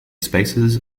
spaces